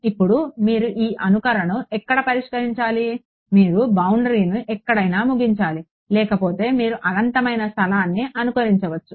ఇప్పుడు మీరు ఈ అనుకరణను ఎక్కడ పరిష్కరించాలి మీరు బౌండరీను ఎక్కడైనా ముగించాలి లేకపోతే మీరు అనంతమైన స్థలాన్ని అనుకరించవచ్చు